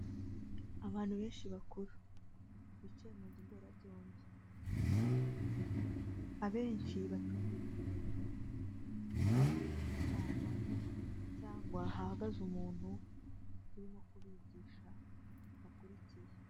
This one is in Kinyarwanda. Abantu benshi bakuru, bicaye mu nzu mberabyombi, abenshi batumbiriye imbere nkaho bari mu nama cyangwa hahagaze umuntu urimo kubigisha bakurikiye.